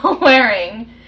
wearing